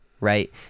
Right